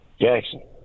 Jackson